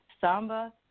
samba